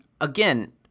again